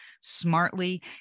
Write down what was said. smartly